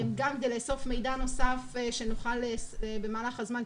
גם כדי לאסוף מידע נוסף שנוכל במהלך הזמן,